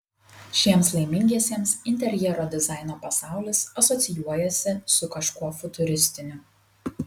šiems laimingiesiems interjero dizaino pasaulis asocijuojasi su kažkuo futuristiniu